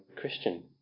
Christian